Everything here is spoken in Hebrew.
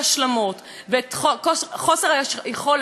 חוסר היכולת לנהל דיאלוג,